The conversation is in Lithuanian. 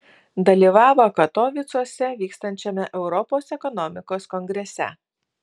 dalyvavo katovicuose vykstančiame europos ekonomikos kongrese